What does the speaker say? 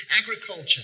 agriculture